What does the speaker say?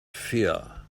fear